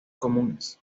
comunes